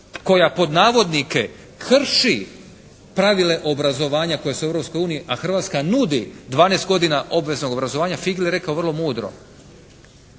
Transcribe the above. koja pod navodnike "krši" pravile obrazovanja koji su u Europskoj uniji, a Hrvatska nudi 12 godina obveznog obrazovanja. Figel je rekao vrlo mudro